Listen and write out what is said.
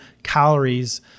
Calories